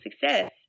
success